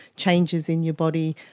changes in your body,